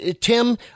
Tim